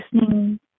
listening